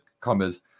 commas